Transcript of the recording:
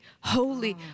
holy